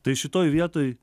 tai šitoj vietoj